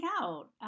out